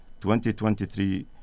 2023